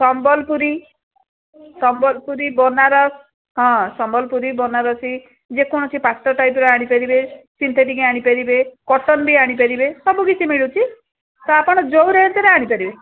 ସମ୍ବଲପୁରୀ ସମ୍ବଲପୁରୀ ବନାରସ ହଁ ସମ୍ବଲପୁରୀ ବନାରସି ଯେକୌଣସି ପାଟ ଟାଇପ୍ର ଆଣିପାରିବେ ସିନ୍ଥେଟିକ୍ ଆଣିପାରିବେ କଟନ୍ ବି ଆଣିପାରିବେ ସବୁକିଛି ମିଳୁଛି ତ ଆପଣ ଯେଉଁ ରେଟ୍ରେ ଆଣିପାରିବେ